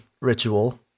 ritual